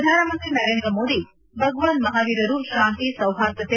ಪ್ರಧಾನಮಂತ್ರಿ ನರೇಂದ್ರಮೋದಿ ಭಗವಾನ್ ಮಹಾವೀರರು ಶಾಂತಿ ಸೌಹಾರ್ದತೆ